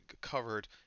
covered